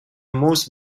most